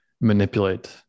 manipulate